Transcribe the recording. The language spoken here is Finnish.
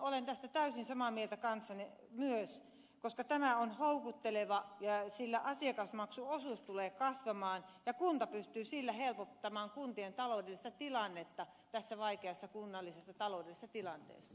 olen tästä täysin samaa mieltä kanssanne myös koska tämä on houkuttelevaa sillä asiakasmaksuosuus tulee kasvamaan ja kunta pystyy sillä helpottamaan kuntien taloudellista tilannetta tässä vaikeassa kunnallisessa taloudellisessa tilanteessa